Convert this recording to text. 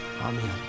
Amen